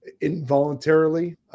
involuntarily